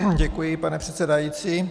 Děkuji, pane předsedající.